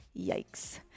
Yikes